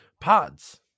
pods